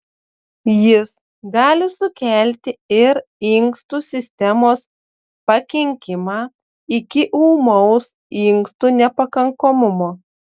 jis gali sukelti ir inkstų sistemos pakenkimą iki ūmaus inkstų nepakankamumo